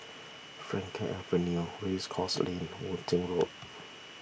Frankel Avenue Race Course Lane Worthing Road